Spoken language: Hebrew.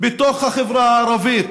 בתוך החברה הערבית.